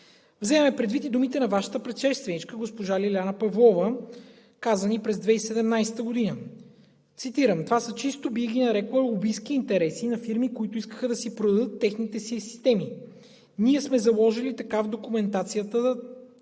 Вземаме предвид и думите на Вашата предшественичка госпожа Лиляна Павлова, казани през 2017 г. Цитирам: „Това са чисто, бих ги нарекла, лобистки интереси на фирми, които искаха да си продадат техните си системи. Ние сме заложили така в тръжната документация, че